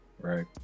right